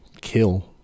kill